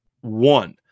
One